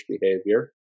behavior